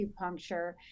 acupuncture